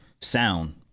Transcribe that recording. sound